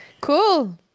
Cool